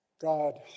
God